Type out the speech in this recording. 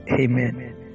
Amen